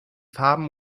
farben